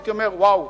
הייתי אומר: וואו,